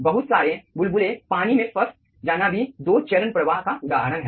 बहुत सारे बुलबुले पानी में फस जाना भी दो चरण प्रवाह का उदाहरण है